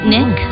Nick